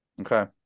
Okay